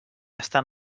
estan